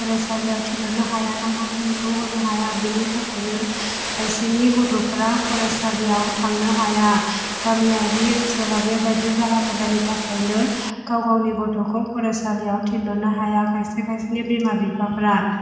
फरायसालियाव थिनहरनो हाया नांगौखिनिखौ होनो हाया बेनि थाखायनो खायसेनि गथ'फ्रा फरायसालियाव थांनो हाया गामियारि ओनसोलाव बेबायदि जाहामेलानि थाखायनो गावगावनि गथ'खौ फरायसालियाव थिनहरनो हायाखै सिगां जुगनि बिमा बिफाफ्रा